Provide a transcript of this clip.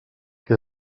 què